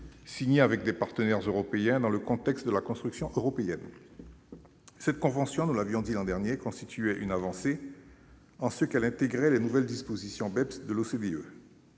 signées avec des partenaires européens dans le contexte de la construction européenne. Cette convention, comme nous l'avions dit l'an dernier, constituait une avancée en ce qu'elle intégrait les nouvelles dispositions BEPS de l'OCDE.